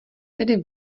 tedy